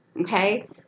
okay